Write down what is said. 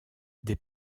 des